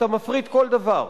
אתה מפריט כל דבר.